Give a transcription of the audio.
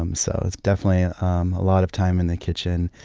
um so it's definitely um a lot of time in the kitchen.